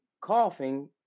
coughing